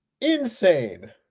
insane